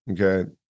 Okay